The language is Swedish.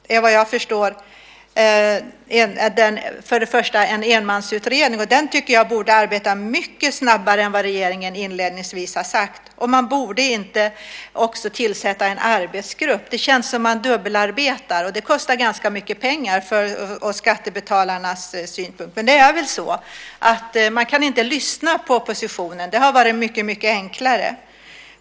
Vad jag förstår är det en enmansutredning. Jag tycker att den borde arbeta mycket snabbare än vad regeringen inledningsvis har sagt. Man borde inte tillsätta en arbetsgrupp också. Det känns som om man dubbelarbetar. Det kostar ganska mycket pengar för oss skattebetalare. Det är väl så att man inte kan lyssna på oppositionen. Det hade varit mycket enklare.